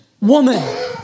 woman